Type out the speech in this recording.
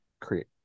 Create